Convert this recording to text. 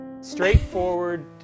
straightforward